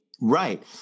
Right